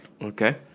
Okay